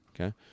okay